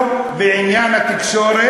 אנחנו פחדנו לגעת בעניין התקשורת.